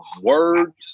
words